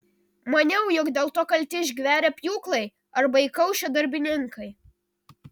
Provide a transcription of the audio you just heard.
maniau jog dėl to kalti išgverę pjūklai arba įkaušę darbininkai